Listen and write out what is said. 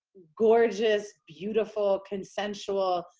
gorgeous, beautiful, consensual,